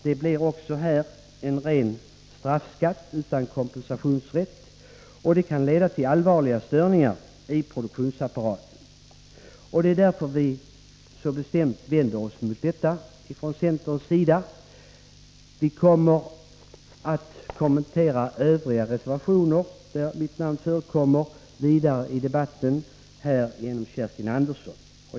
Det blir också här en ren straffskatt utan kompensationsrätt, och det kan leda till allvarliga störningar i produktionsapparaten. Det är därför vi från centerns sida så bestämt vänder oss emot detta förslag. De övriga reservationer där mitt namn förekommer kommenteras senare i debatten genom Kerstin Andersson.